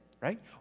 right